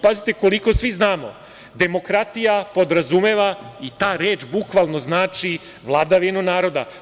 Pazite, koliko svi znamo, demokratija podrazumeva i ta reč, bukvalno znači vladavinu naroda.